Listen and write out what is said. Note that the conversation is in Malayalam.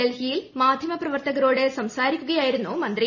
ഡൽഹിയിൽ മാധ്യമ പ്രവർത്തകരോട് സംസാരിക്കുകയായിരുന്നു മന്ത്രി